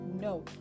no